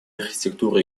архитектуры